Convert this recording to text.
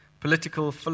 political